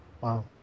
Wow